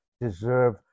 deserve